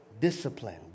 Discipline